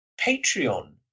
Patreon